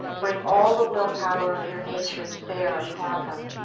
bring all the will power of your nature to bear upon them,